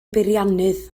beiriannydd